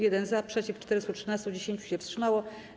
1 - za, przeciw - 413, 10 się wstrzymało.